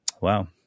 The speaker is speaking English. Wow